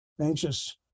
anxious